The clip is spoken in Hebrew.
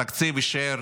התקציב יישאר